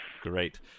Great